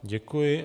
Děkuji.